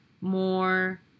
more